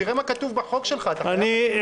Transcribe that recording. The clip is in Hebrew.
תראה מה כתוב בחוק שלך --- הבנתי,